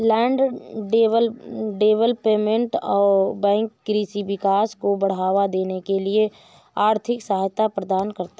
land development bank कृषि विकास को बढ़ावा देने के लिए आर्थिक सहायता प्रदान करता है